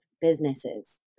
businesses